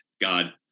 god